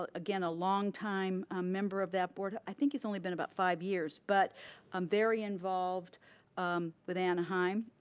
ah again, a long time ah member of that board. i think it's only been about five years, but um very involved with anaheim.